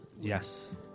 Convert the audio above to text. Yes